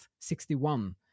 61